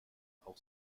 auch